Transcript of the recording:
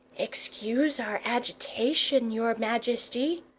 excuse our agitation, your majesty,